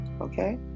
okay